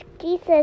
Jesus